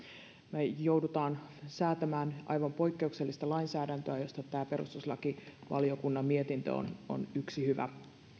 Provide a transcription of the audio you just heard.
me joudumme säätämään aivan poikkeuksellista lainsäädäntöä josta tämä perustuslakivaliokunnan mietintö on on yksi hyvä